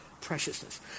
preciousness